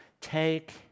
take